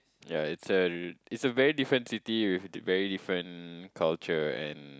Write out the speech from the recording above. ya it's a it's a very different city with very different culture and